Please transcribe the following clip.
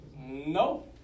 No